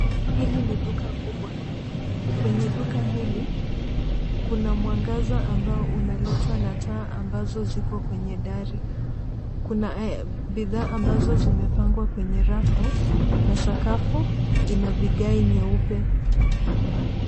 Hili ni duka kubwa. Kwenye duka hili kuna mwangaza ambao unaletwa na taa ambazo ziko kwenye dari. Kuna bidhaa ambazo zimepangwa kwenye rafu na sakafu ina vigae nyeupe.